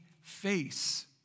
face